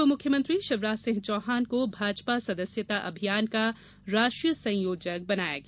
पूर्व मुख्यमंत्री शिवराज सिंह चौहान को भाजपा सदस्यता अभियान का राष्ट्रीय संयोजक बनाया गया